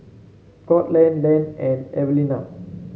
Courtland Len and Evelina